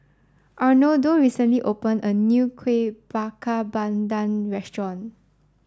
Arnoldo recently opened a new Kueh Bakar Pandan restaurant